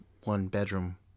one-bedroom